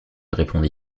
répondit